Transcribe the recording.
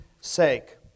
sake